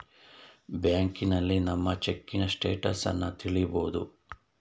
ಬ್ಯಾಂಕ್ನಲ್ಲಿ ನಮ್ಮ ಚೆಕ್ಕಿನ ಸ್ಟೇಟಸನ್ನ ತಿಳಿಬೋದು